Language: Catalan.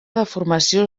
deformació